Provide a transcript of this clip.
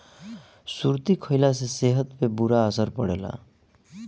सुरती खईला से सेहत पे बुरा असर पड़ेला